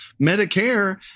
Medicare